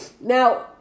Now